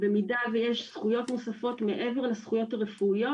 במידה ויש זכויות נוספות מעבר לזכויות הרפואיות,